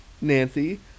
Nancy